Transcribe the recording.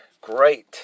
great